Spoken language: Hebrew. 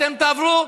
אתם תעברו,